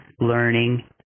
learning